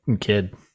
kid